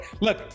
look